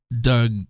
Doug